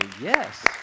yes